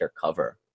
cover